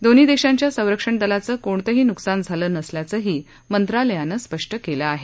दोन्ही देशांच्या संरक्षण दलाचं कोणतंही नुकसान झालं नसल्याचंही मंत्रालयानं स्पष्ट केलं आहे